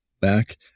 back